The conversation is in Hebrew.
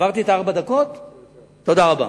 תודה רבה.